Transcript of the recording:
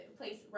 place